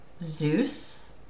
Zeus